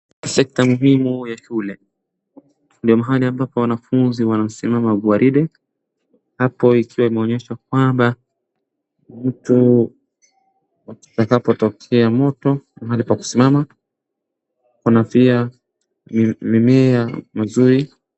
Sekta muhimu ya shule. Ni mahali ambapo wanafunzi wanasimama gwarinde. Hapa ikiwa imeonyeshwa kwamba mtu kutakapo tokea moto mahali pa kusimama kuna pia mimea mazuri.